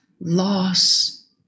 loss